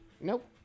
Nope